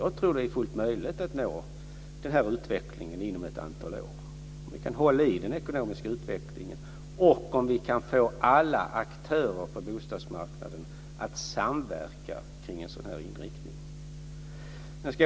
Jag tror att det är fullt möjligt att nå den här utvecklingen inom ett antal år, om vi kan hålla i den ekonomiska utvecklingen och om vi kan få alla aktörer på bostadsmarknaden att samverka kring en sådan här inriktning.